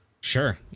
sure